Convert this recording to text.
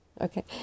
Okay